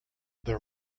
there